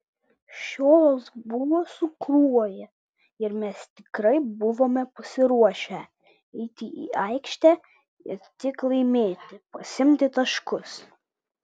šios buvo su kruoja ir mes tikrai buvome pasiruošę eiti į aikštę ir tik laimėti pasiimti taškus